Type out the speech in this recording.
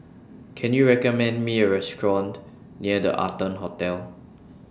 Can YOU recommend Me A Restaurant near The Arton Hotel